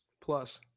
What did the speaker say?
plus